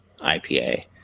IPA